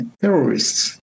terrorists